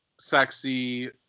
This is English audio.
sexy